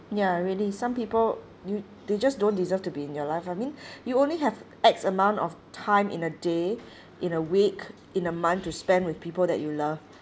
ya really some people you they just don't deserve to be in your life I mean you only have X amount of time in a day in a week in a month to spend with people that you love